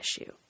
issue